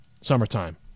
summertime